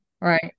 Right